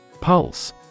Pulse